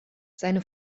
seine